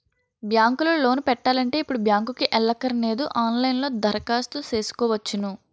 bank లో loan పెట్టాలంటే ఇప్పుడు బ్యాంకుకి ఎల్లక్కరనేదు ఆన్ లైన్ లో దరఖాస్తు సేసుకోవచ్చును